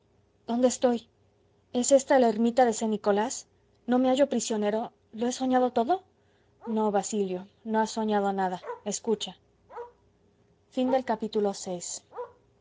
dónde estoy es ésta la ermita de san nicolás no me hallo prisionero lo he soñado todo no basilio no has soñado nada escucha vii